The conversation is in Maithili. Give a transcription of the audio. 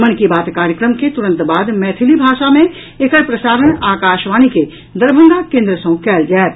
मन की बात कार्यक्रम के तुरंत बाद मैथिली भाषा मे एकर प्रसारण आकाशवाणी के दरभंगा केन्द्र सँ कयल जायत